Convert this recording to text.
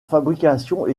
fabrication